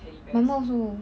my mum also